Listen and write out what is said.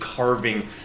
carving